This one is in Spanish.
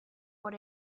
por